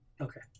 Okay